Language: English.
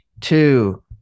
two